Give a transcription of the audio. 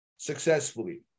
successfully